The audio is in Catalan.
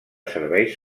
serveis